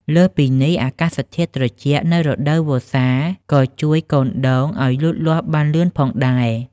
លើសពីនេះ អាកាសធាតុត្រជាក់នៅរដូវវស្សាក៏ជួយកូនដូងឲ្យលូតលាស់បានលឿនផងដែរ។